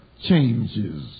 changes